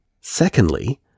Secondly